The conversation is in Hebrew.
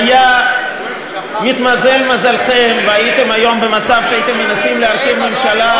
היה מתמזל מזלכם והייתם היום במצב שהייתם מנסים להרכיב ממשלה,